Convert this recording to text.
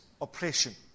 oppression